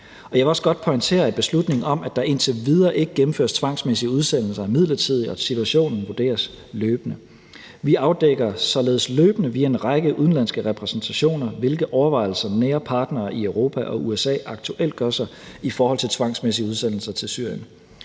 jeg vil også godt pointere, at beslutningen om, at der indtil videre ikke gennemføres tvangsmæssige udsendelser, er midlertidig, og at situationen vurderes løbende. Vi afdækker således løbende via en række udenlandske repræsentationer, hvilke overvejelser nære partnere i Europa og USA aktuelt gør sig i forhold til tvangsmæssige udsendelser til Syrien,